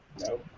No